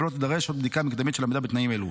ולא תידרש עוד בדיקה מקדמית של עמידה בתנאים אלו.